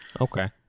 okay